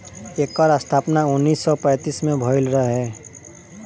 एकर स्थापना उन्नीस सौ पैंतीस में भइल रहे